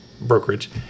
brokerage